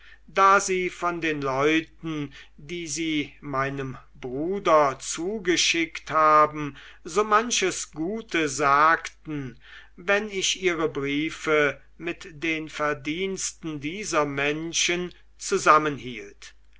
da sie von den leuten die sie meinem bruder zugeschickt haben so manches gute sagten wenn ich ihre briefe mit den verdiensten dieser menschen zusammenhielt